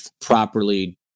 properly